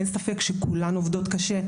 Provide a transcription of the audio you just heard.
אין ספק שכולן עובדות מאוד קשה,